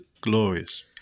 glorious